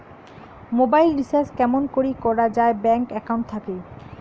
Mobile recharge কেমন করি করা যায় ব্যাংক একাউন্ট থাকি?